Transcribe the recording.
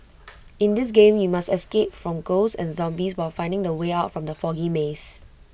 in this game you must escape from ghosts and zombies while finding the way out from the foggy maze